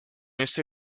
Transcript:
este